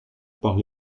par